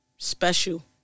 Special